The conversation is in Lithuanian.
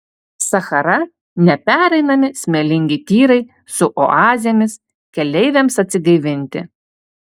sachara nepereinami smėlingi tyrai su oazėmis keleiviams atsigaivinti